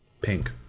Pink